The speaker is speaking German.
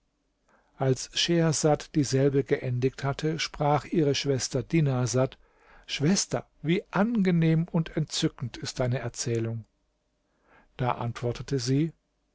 als schehersad dieselbe geendigt hatte sprach ihre schwester dinarsad schwester wie angenehm und entzückend ist deine erzählung da antwortete sie